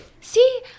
see